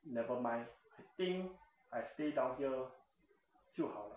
never mind I think I stay down here 就好啦